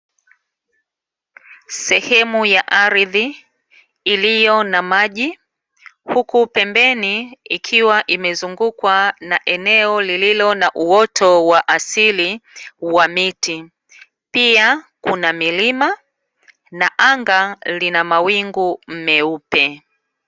Sehemu ya ardhi iliyo na maji huku pembeni ikiwa imezungukwa na eneo lililo na uoto wa asili wa miti, pia kuna milima na anga lina mawingu meupe.